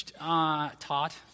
taught